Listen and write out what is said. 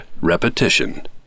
Repetition